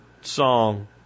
song